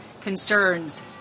concerns